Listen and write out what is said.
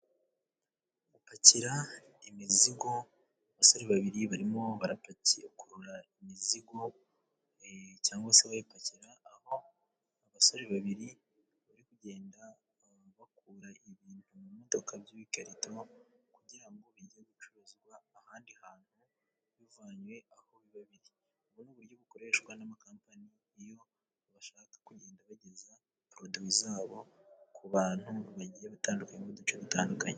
Gupakira imizigo, abasore babiri barimo barapakurura imizigo cyangwa se bayipakira, aho abasore babiri bari kugenda bakura ibintu mu modoka by'ikarito, kugira ngo ijye gucuruzwa ahandi hantu bivanwe aho biri. Ubu uburyo bukoreshwa n'amakampani iyo bashaka kugenda bageza poroduwi zabo, ku bantu bagiye batandukanye mu duce dutandukanye.